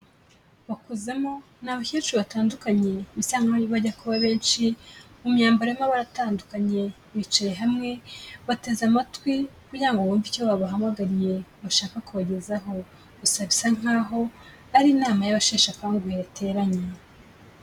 Bakumo ni abakecuru batandukanye basa nk'aho bajya kuba benshi mu myambaro y'amabara atandukanye bicaye hamwe bateze amatwi kugira ngo bumve icyo babahamagariye bashaka kubagezaho, gusa bisa nk'aho ari inama y'abasheshakanguhe yateranye.